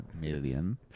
million